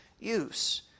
use